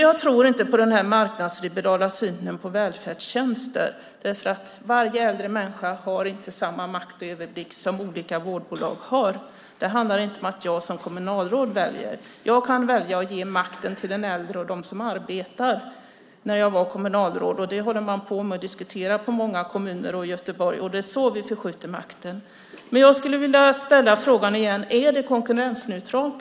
Jag tror alltså inte på den marknadsliberala synen på välfärdstjänster, därför att varje äldre människa har inte samma makt och överblick som olika vårdbolag har. Det handlar inte om att jag som kommunalråd väljer. Jag kunde välja att ge makten till de äldre och till dem som arbetade där när jag var kommunalråd. Det här håller man på och diskuterar i många kommuner, bland annat Göteborg, och det är så vi förskjuter makten. Jag skulle vilja ställa frågan igen: Är det här systemet konkurrensneutralt?